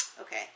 Okay